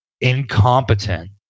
incompetent